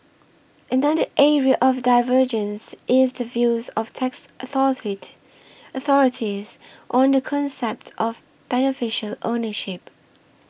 another area of divergence is the views of tax authorities authorities on the concept of beneficial ownership